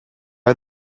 are